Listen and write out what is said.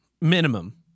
minimum